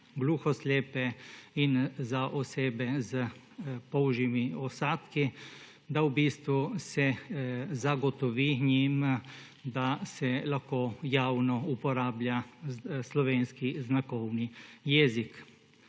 gluhoslepe in za osebe s polžjimi vsadki, da v bistvu se zagotovi njim, da se lahko javno uporablja slovenski znakovni jezik.